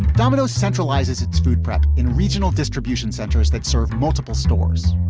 domino's centralizes its food prep in regional distribution centers that serve multiple stores.